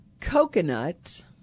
coconut